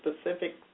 specific